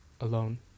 alone